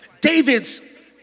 David's